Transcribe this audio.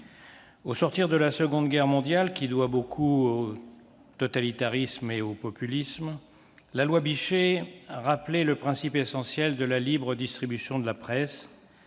Au sortir de la Seconde Guerre mondiale, qui est pour beaucoup imputable au totalitarisme et au populisme, la loi Bichet rappelait le principe essentiel de la libre distribution de la presse,